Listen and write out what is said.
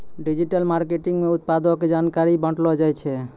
digital marketing मे उत्पादो के जानकारी बांटलो जाय छै